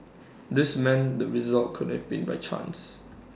this meant the result could have been by chance